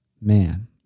man